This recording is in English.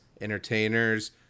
entertainers